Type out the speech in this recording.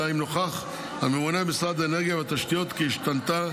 אלא אם נוכח הממונה במשרד האנרגיה והתשתיות כי השתנתה